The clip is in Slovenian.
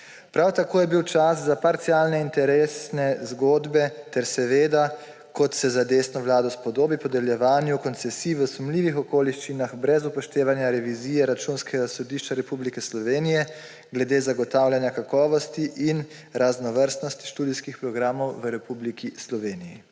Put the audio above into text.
Prav tako je bil čas za parcialne interesne zgodbe ter seveda, kot se za desno vlado spodobi, podeljevanju koncesij v sumljivih okoliščinah, brez upoštevanja revizije Računskega sodišča Republike Slovenije glede zagotavljanja kakovosti in raznovrstnosti študijskih programov v Republiki Sloveniji.